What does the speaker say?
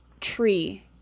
tree